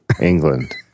England